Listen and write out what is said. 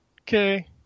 Okay